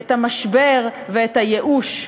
את המשבר ואת הייאוש,